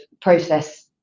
process